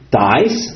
dies